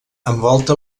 envolta